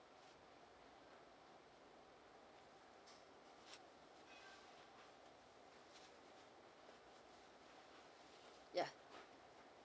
ya